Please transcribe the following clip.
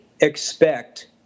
expect